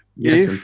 yes,